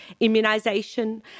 immunisation